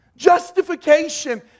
Justification